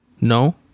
No